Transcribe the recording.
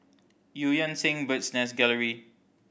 Eu Yan Sang Bird's Nest Gallery